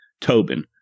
Tobin